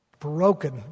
broken